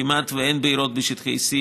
כמעט אין בעירות בשטחי C,